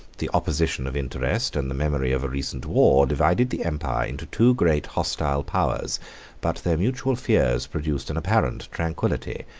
the opposition of interest, and the memory of a recent war, divided the empire into two great hostile powers but their mutual fears produced an apparent tranquillity,